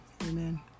Amen